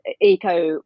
eco